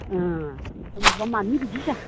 मानो बिदि जा